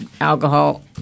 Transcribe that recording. alcohol